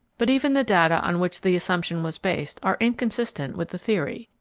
but even the data on which the assumption was based are inconsistent with the theory.